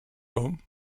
home